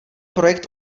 projekt